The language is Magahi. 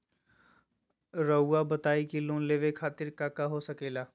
रउआ बताई की लोन लेवे खातिर काका हो सके ला?